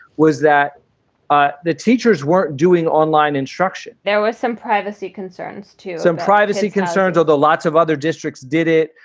was that ah the teachers weren't doing online instruction. there was some privacy concerns to some privacy concerns, although lots of other districts did it.